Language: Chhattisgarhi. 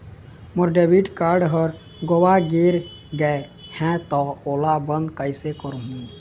मोर डेबिट कारड हर गंवा गैर गए हे त ओला बंद कइसे करहूं?